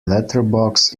letterbox